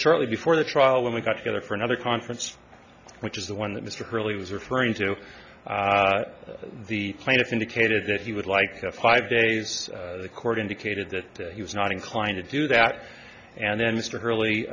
shortly before the trial when we got together for another conference which is the one that mr curly was referring to the plaintiff indicated that he would like to five days the court indicated that he was not inclined to do that and then mr